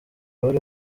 wari